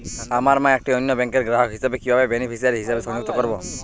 আমার মা একটি অন্য ব্যাংকের গ্রাহক হিসেবে কীভাবে বেনিফিসিয়ারি হিসেবে সংযুক্ত করব?